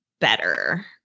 better